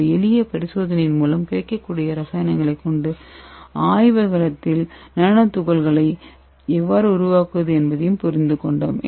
ஒரு எளிய பரிசோதனையின் மூலம் கிடைக்கக்கூடிய ரசாயனங்களைக் கொண்டு ஆய்வகத்தில் நானோ துகள்களை எவ்வாறு உருவாக்குவது என்பதையும் புரிந்துகொண்டோம்